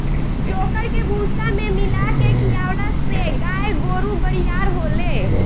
चोकर के भूसा में मिला के खिआवला से गाय गोरु बरियार होले